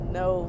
no